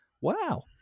wow